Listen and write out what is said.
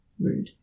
rude